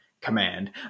command